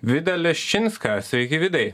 vidą leščinską sveiki vidai